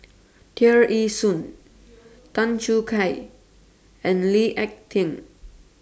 Tear Ee Soon Tan Choo Kai and Lee Ek Tieng